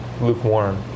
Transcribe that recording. lukewarm